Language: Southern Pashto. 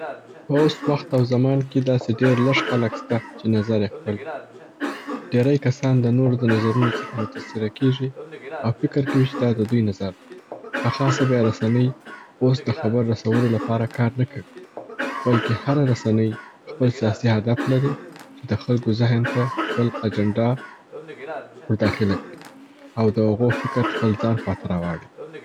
په اوس وخت او زمان کي داسي ډیر لږ خلګ سته چې نظر یې خپل وي. ډیري کسان د نورو د نظرونو څخه متاثره کیږي او فکر کوي چې دا د دوی نظر دی. په خاصه بیا رسنۍ اوس د خبر رسولو لپاره کار نه کوي، بلکي هره رسنۍ خپل سیاسی هدف لري چې د خلګو ذهن ته خپل اجنډا ور داخله کړي او د هغو فکر د خپل ځان خواته را واړوي.